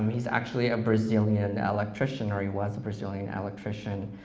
um he's actually a brazilian electrician, or he was a brazilian electrician,